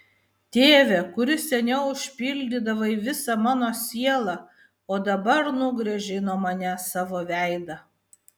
tėve kuris seniau užpildydavai visą mano sielą o dabar nugręžei nuo manęs savo veidą